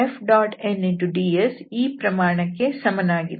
ಆದ್ದರಿಂದ F1dxF2dy ಇದು Fnds ಈ ಪ್ರಮಾಣಕ್ಕೆ ಸಮನಾಗಿದೆ